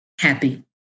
happy